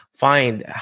find